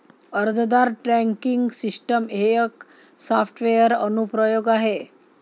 अर्जदार tracking system एक software अनुप्रयोग आहे